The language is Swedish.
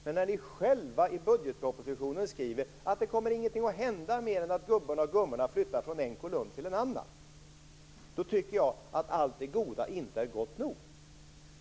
Men när ni själva i budgetpropositionen skriver att det inte kommer att hända någonting mer än att gubbarna och gummorna flyttar från en kolumn till en annan, tycker jag att allt det goda inte är gott nog.